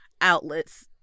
outlets